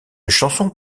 chanson